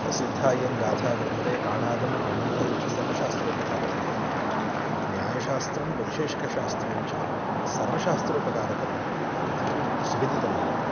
प्रसिद्धा इयं गाथा वर्तते काणादं पाणिनीयञ्च सर्वशास्त्रोपकारकम् इति न्यायशास्त्रं वैशेषिकशास्त्रञ्च सर्वशास्त्रोपकारकम् इति तु सुविदितमेव